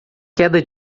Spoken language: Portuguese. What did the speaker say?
queda